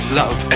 love